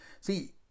see